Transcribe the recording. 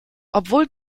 obwohl